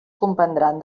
comprendran